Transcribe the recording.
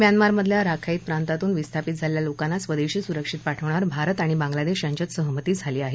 म्यानमारमधल्या Rakhine प्रांतातून विस्थापित झालेल्या लोकांना स्वदेशी सुरक्षित पाठवण्यावर भारत आणि बांगलादेश यांच्यात सहमती झाली आहे